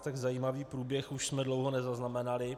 Tak zajímavý průběh už jsme dlouho nezaznamenali.